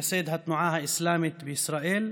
מייסד התנועה האסלמית בישראל,